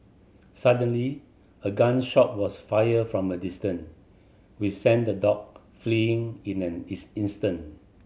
suddenly a gun shot was fired from a distance which sent the dog fleeing in an ins instant